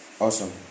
awesome